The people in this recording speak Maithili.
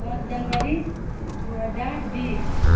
पाँच जनवरी दू हजार बीस